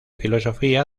filosofía